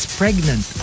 pregnant